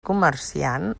comerciant